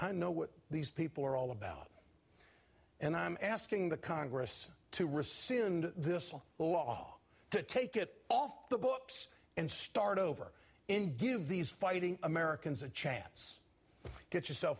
know what these people are all about and i'm asking the congress to rescind this law to take it off the books and start over in give these fighting americans a chance to get your cell